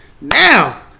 Now